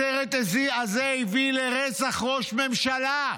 הסרט הזה הביא לרצח ראש ממשלה.